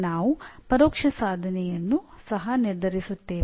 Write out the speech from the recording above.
ಅವು ಇಲಾಖೆಯ ಜವಾಬ್ದಾರಿಯಲ್ಲ